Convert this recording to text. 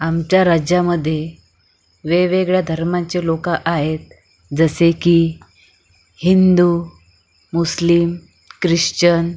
आमच्या राज्यामध्ये वेगवेगळ्या धर्मांचे लोक आहेत जसे की हिंदू मुस्लिम क्रिश्चन